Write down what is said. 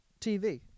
TV